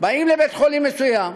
באים לבית-חולים מסוים,